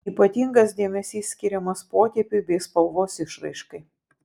ypatingas dėmesys skiriamas potėpiui bei spalvos išraiškai